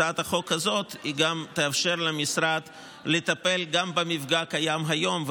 הצעת החוק הזאת גם תאפשר למשרד לטפל במפגע הקיים היום,